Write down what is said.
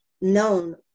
known